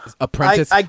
apprentice